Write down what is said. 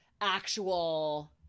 actual